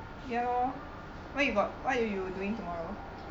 ya lor why you got what you doing tomorrow